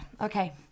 okay